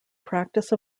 practice